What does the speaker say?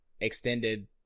extended